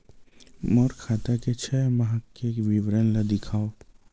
मोर खाता के छः माह के विवरण ल दिखाव?